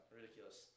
ridiculous